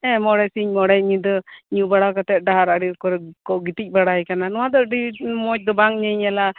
ᱢᱚᱬᱮ ᱥᱤᱧᱼᱢᱮᱬᱮ ᱧᱤᱫᱟᱹ ᱧᱩ ᱵᱟᱲᱟ ᱠᱟᱛᱮ ᱰᱟᱦᱟᱨ ᱟᱲᱮ ᱨᱮᱠᱚ ᱜᱤᱛᱤᱡ ᱵᱟᱲᱟᱭ ᱠᱟᱱᱟ ᱱᱚᱣᱟ ᱫᱚ ᱟᱹᱰᱤ ᱢᱚᱡᱽ ᱫᱚ ᱵᱟᱝ ᱧᱮᱧᱮᱞᱟ ᱦᱮ